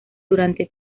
durante